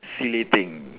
felating